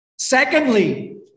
Secondly